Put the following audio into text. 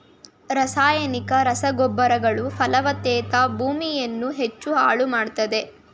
ರಾಸಾಯನಿಕ ರಸಗೊಬ್ಬರಗಳು ಫಲವತ್ತಾದ ಭೂಮಿಯನ್ನು ಹೆಚ್ಚು ಹಾಳು ಮಾಡತ್ತದೆ